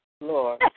Lord